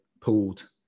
pulled